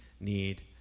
need